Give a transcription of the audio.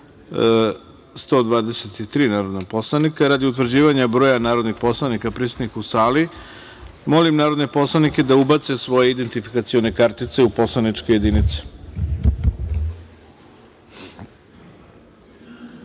123 narodna poslanika. Radi utvrđivanja broja narodnih poslanika prisutnih u sali, molim narodne poslanike da ubace svoje identifikacione kartice u poslaničke